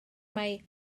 mae